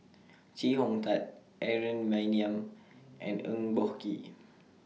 Chee Hong Tat Aaron Maniam and Eng Boh Kee